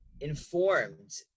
informed